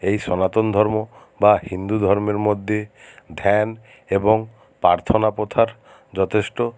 এই সনাতন ধর্ম বা হিন্দু ধর্মের মধ্যে ধ্যান এবং প্রার্থনা প্রথার যথেষ্ট